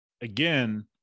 again